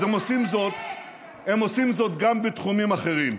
אז הם עושים זאת גם בתחומים אחרים.